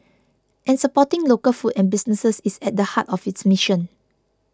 and supporting local food and businesses is at the heart of its mission